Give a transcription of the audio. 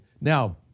now